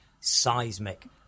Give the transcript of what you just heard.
seismic